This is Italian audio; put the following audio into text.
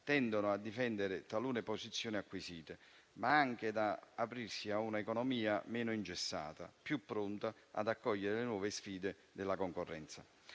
tende a difendere talune posizioni acquisite, ma anche ad aprirsi a un'economia meno ingessata e più pronta ad accogliere le nuove sfide della concorrenza.